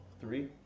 Three